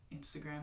Instagram